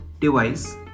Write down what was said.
device